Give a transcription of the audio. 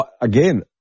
again